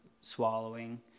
swallowing